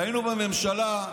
כשהיינו בממשלה,